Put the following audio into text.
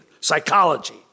psychology